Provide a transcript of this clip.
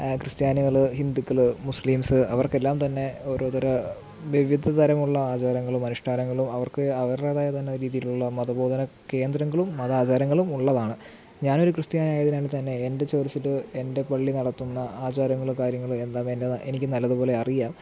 ക്രിസ്ത്യാനികൾ ഹിന്ദുക്കൾ മുസ്ലിംസ് അവർക്കെല്ലാം തന്നെ ഓരോ തര വിവിധ തരമുള്ള ആചാരങ്ങളും അനുഷ്ടാനങ്ങളും അവർക്ക് അവരുടേതായ തന്നെ രീതിയിലുള്ള മതബോധന കേന്ദ്രങ്ങളും മത ആചാരങ്ങളും ഉള്ളതാണ് ഞാനൊരു ക്രിസ്ത്യാനിയായതിനാൽ തന്നെ എൻ്റെ ചർച്ചിൽ എൻ്റെ പള്ളി നടത്തുന്ന ആചാരങ്ങളും കാര്യങ്ങളും എന്താ വേണ്ടതെന്ന് എനിക്ക് നല്ലതു പോലെ അറിയാം